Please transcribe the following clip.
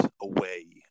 away